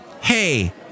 Hey